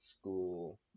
school